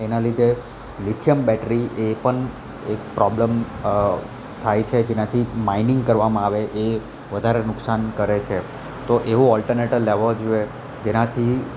એના લીધે lithium battery એ એ પણ એક પ્રોબ્લ્મ થાય છે જેનાથી માઇનિંગ કરવામાં આવે એ વધારે નુકસાન કરે છે તો એવો ઓલટરનેટર લેવો જોએ જેનાથી